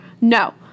No